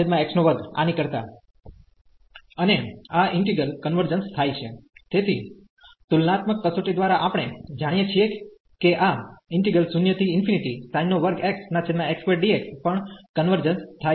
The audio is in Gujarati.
અને આ ઈન્ટિગ્રલ કન્વર્જન્સ થાય છે તેથી તુલનાત્મક કસોટી દ્વારા આપણે જાણીએ છીએ કે આ પણ કન્વર્જન્સ થાય છે